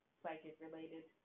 psychic-related